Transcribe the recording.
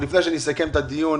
לפני שאני מסכים את הדיון,